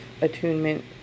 attunement